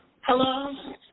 Hello